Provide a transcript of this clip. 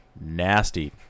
nasty